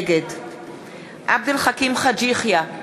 נגד עבד אל חכים חאג' יחיא,